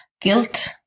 guilt